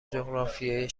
جغرافیای